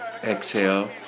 Exhale